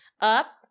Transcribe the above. up